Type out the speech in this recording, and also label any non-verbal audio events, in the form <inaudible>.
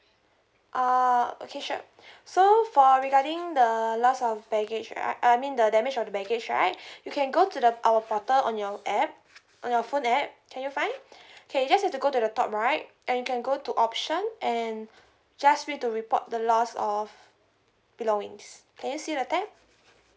oh okay sure so for regarding the loss of baggage right uh I mean the damage of the baggage right <breath> you can go to the our portal on your app on your phone app can you find okay you just have to go to the top right and you can go to option and just click to report the loss of belongings can you see the tab